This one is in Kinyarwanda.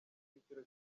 cyiciro